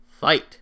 Fight